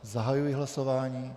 Zahajuji hlasování.